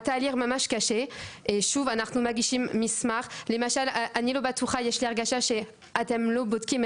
למעט מסמך אחד וזה נושא